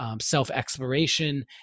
self-exploration